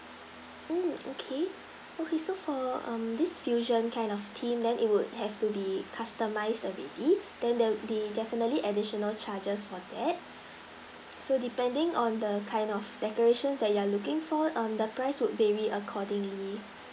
mm okay okay so um this fusion kind of theme then it would have to be customised already then there would be definitely additional charges for that so depending on the kind of decorations that you are looking for um the price would vary accordingly